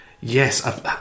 Yes